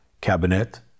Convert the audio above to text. cabinet